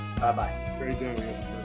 Bye-bye